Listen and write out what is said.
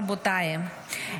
רבותיי,